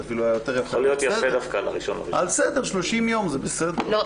זה היה אפילו יותר יפה.30 יום זה בסדר.